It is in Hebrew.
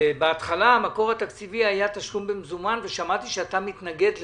בהתחלה המקור התקציבי היה תשלום במזומן ושמעתי שאתה מתנגד לזה.